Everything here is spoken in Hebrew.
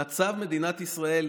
במצב מדינת ישראל,